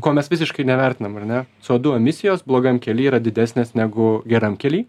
ko mes visiškai nevertinam ar ne co du emisijos blogam kely yra didesnės negu geram kely